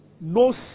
No